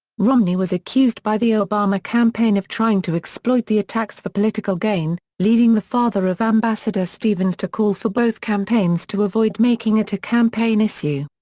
romney was accused by the obama campaign of trying to exploit the attacks for political gain, leading the father of ambassador stevens to call for both campaigns to avoid making it a campaign issue.